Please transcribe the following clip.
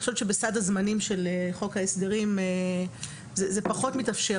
אני חושבת שבסעד הזמנים של חוק ההסדרים זה פחות מתאפשר,